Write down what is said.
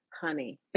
honey